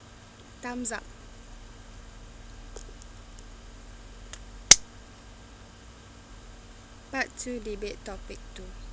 times up part two debate topic two